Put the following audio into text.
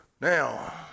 Now